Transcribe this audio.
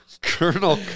Colonel